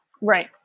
Right